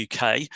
UK